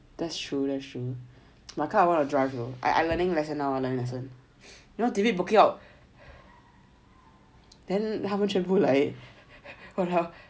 that's true that's true I kind of want to drive though I learning lesson now you know david booking out then 他们全部 like then what the hell